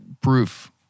proof